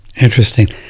Interesting